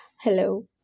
hello